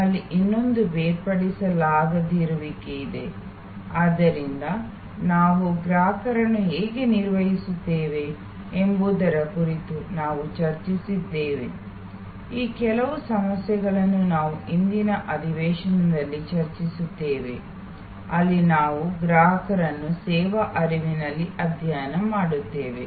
ನಮ್ಮಲ್ಲಿ ಇನ್ನೊಂದನ್ನು ಬೇರ್ಪಡಿಸಲಾಗದಿರುವಿಕೆ ಇದೆ ಆದ್ದರಿಂದ ನಾವು ಗ್ರಾಹಕರನ್ನು ಹೇಗೆ ನಿರ್ವಹಿಸುತ್ತೇವೆ ಎಂಬುದರ ಕುರಿತು ನಾವು ಚರ್ಚಿಸಿದ್ದೇವೆ ಈ ಕೆಲವು ಸಮಸ್ಯೆಗಳನ್ನು ನಾವು ಇಂದಿನ ಅಧಿವೇಶನದಲ್ಲಿ ಚರ್ಚಿಸುತ್ತೇವೆ ಅಲ್ಲಿ ನಾವು ಗ್ರಾಹಕರನ್ನು ಸೇವಾ ಹರಿವಿನಲ್ಲಿ ಅಧ್ಯಯನ ಮಾಡುತ್ತೇವೆ